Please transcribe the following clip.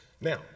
Now